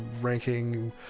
ranking